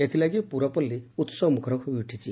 ଏଥଲାଗି ପୁରପଲ୍ଲୀ ଉହବ ମୁଖର ହୋଇଉଠିଛି